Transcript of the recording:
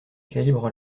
calibre